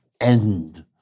end